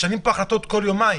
משנים פה החלטות כל יומיים.